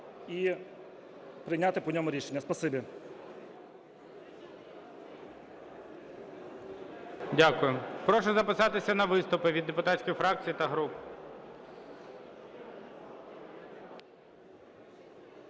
Дякую. Прошу записатися на виступи від депутатських фракцій та груп.